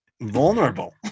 vulnerable